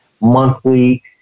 monthly